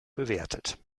bewertet